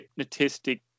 hypnotistic